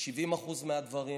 ב-70% מהדברים